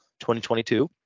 2022